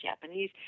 Japanese